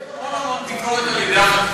יש המון המון ביקורת על החטיבה.